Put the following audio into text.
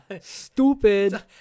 stupid